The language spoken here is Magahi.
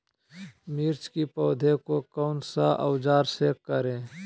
मिर्च की पौधे को कौन सा औजार से कोरे?